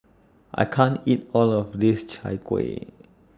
I can't eat All of This Chai Kueh